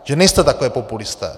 Že nejste takhle populisté.